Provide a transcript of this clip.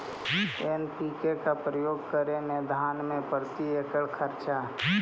NPK का प्रयोग करे मे धान मे प्रती एकड़ खर्चा?